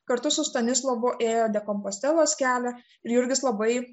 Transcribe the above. kartu su stanislovu ėjo de kompostelos kelią ir jurgis labai